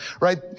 right